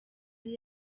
yari